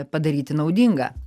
padaryti naudingą